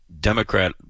democrat